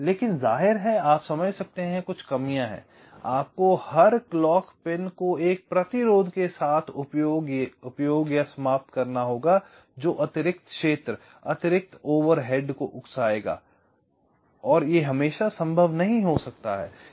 लेकिन जाहिर है आप समझ सकते हैं कुछ कमियां हैं आपको हर क्लॉक पिन को एक प्रतिरोध के साथ उपयोग या समाप्त करना होगा जो अतिरिक्त क्षेत्र अतिरिक्त ओवरहेड को उकसाएगा जो हमेशा संभव नहीं हो सकता है